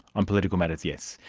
on political matters yes.